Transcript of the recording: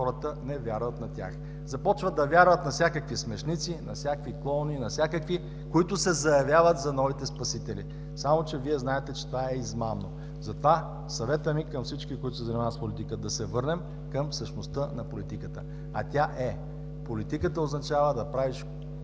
А тя е